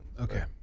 Okay